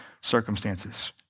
circumstances